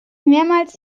mehrmals